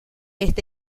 este